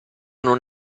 non